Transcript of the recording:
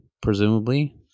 presumably